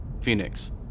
Phoenix